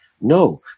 no